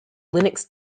linux